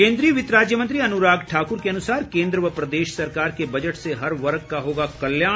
केन्द्रीय वित्त राज्य मंत्री अनुराग ठाकुर के अनुसार केन्द्र व प्रदेश सरकार के बजट से हर वर्ग का होगा कल्याण